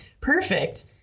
perfect